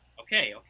Okay